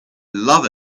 love